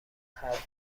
حرف